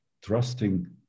trusting